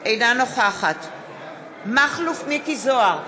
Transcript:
אינה נוכחת מכלוף מיקי זוהר,